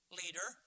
leader